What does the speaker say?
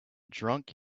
drunk